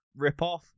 ripoff